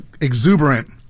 exuberant